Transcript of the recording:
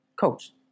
Coach